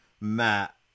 matt